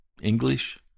English